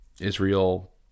israel